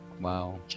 Wow